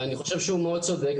ואני חושב שהוא מאוד צודק.